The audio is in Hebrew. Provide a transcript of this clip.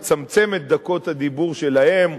לצמצם את דקות הדיבור שלהם,